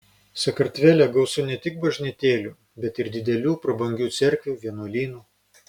sakartvele gausu ne tik bažnytėlių bet ir didelių prabangių cerkvių vienuolynų